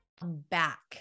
back